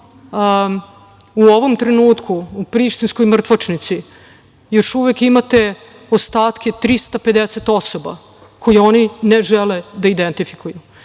u ovom trenutku u prištinskoj mrtvačnici još uvek imate ostatke 350 osoba koje oni ne žele da identifikuju. Tako